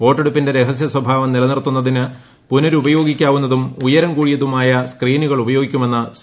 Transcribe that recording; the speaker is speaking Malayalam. വോട്ടെടുപ്പിന്റെ രഹസ്യ സ്വഭാവം നിലനിറുത്തുന്നതിന് പുനരുപയോഗിക്കാ വുന്നതും ഉയരം കൂടിയതുമായ സ്ക്രീനുകൾ ഉപയോഗിക്കു മെന്നും സി